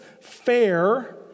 fair